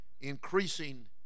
increasing